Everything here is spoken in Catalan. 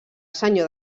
senyor